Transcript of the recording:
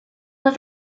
was